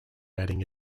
adding